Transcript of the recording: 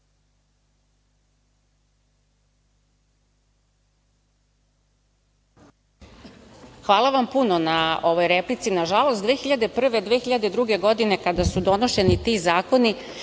Hvala vam puno na ovoj replici. Nažalost, 2001/2002. godine kada su donošeni ti zakoni,